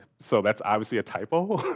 so, that's obviously a typo.